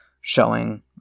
showing